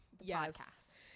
Yes